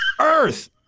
Earth